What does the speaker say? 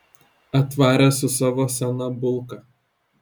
atvarė su savo sena bulka